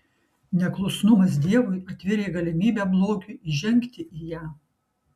neklusnumas dievui atvėrė galimybę blogiui įžengti į ją